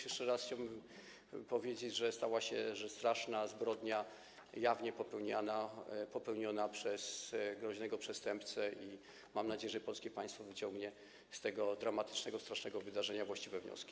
Jeszcze raz chciałbym powiedzieć, że stała się rzecz straszna, zbrodnia jawnie popełniona przez groźnego przestępcę i mam nadzieję, że polskie państwo wyciągnie z tego dramatycznego, strasznego wydarzenia właściwe wnioski.